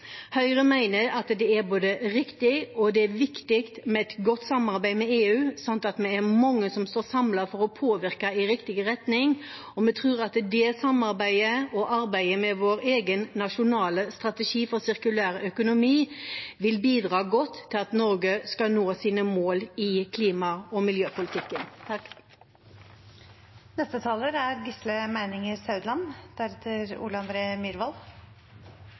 Høyre mener at det er både riktig og viktig med et godt samarbeid med EU, slik at vi er mange som står samlet for å påvirke i riktig retning. Vi tror at det samarbeidet og arbeidet med vår egen nasjonale strategi for sirkulær økonomi vil bidra godt til at Norge skal nå sine mål i klima- og miljøpolitikken. Dette er en debatt som egentlig er